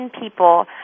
people